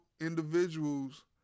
individuals